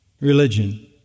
religion